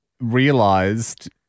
realized